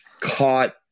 caught